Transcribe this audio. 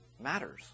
matters